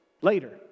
Later